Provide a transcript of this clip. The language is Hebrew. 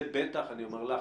אני אומר לך,